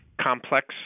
complex